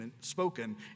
spoken